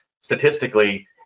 statistically